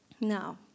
Now